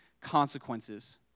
consequences